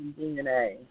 DNA